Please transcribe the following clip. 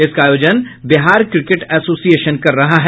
इसका आयोजन Bihar cricket association कर रहा है